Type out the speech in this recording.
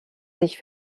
sich